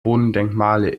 bodendenkmale